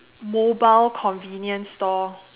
mobile convenience store